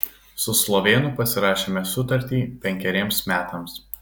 su slovėnu pasirašėme sutartį penkeriems metams